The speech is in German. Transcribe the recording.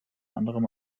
anderem